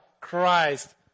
Christ